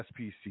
SPC